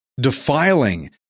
defiling